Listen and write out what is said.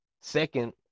second